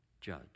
Judge